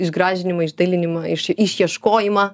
išgražinimą išdalinimą iš išieškojimą